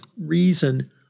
reason